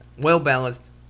well-balanced